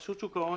רשות שוק ההון